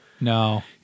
No